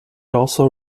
also